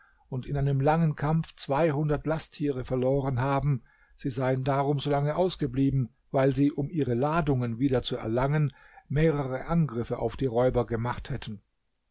und in einem langen kampf zweihundert lasttiere verloren haben sie seien darum so lange ausgeblieben weil sie um ihre ladungen wieder zu erlangen mehrere angriffe auf die räuber gemacht hätten